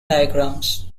diagrams